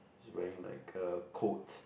she's wearing like a coat